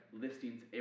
listings